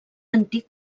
antic